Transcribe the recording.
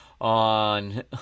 on